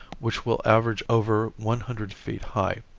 which will average over one hundred feet high.